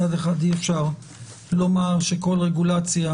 מצד אחד אי אפשר לומר שכל רגולציה